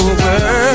Over